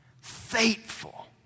faithful